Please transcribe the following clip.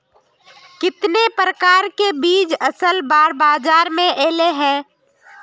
कितने प्रकार के बीज असल बार बाजार में ऐले है?